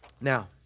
Now